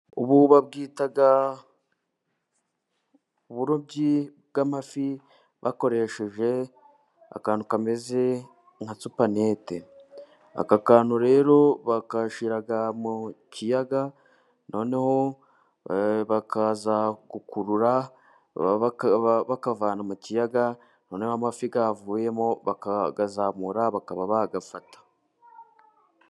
Ubu babwita uburobyi bw'amafi, bakoresheje akantu kameze nka supanete, aka kantu rero bagashyira mu kiyaga noneho bakaza gukurura bakavana mu kiyaga, noneho amafi avuyemo bakayazamura bakaba bayafata.